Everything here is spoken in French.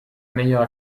meilleure